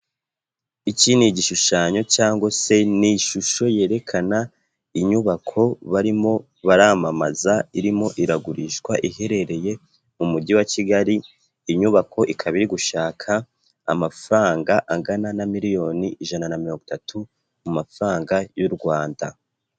Iki ni igishushanyo cyangwa se n'ishusho yerekana inyubako barimo baramamazwa irimo iragurishwa, iherereye mu mujyi wa Kigali, inyubako ikaba iri gushaka amafaranga angana na miliyoni ijana na mirongo itatu, mu mafaranga y'u Rwanda.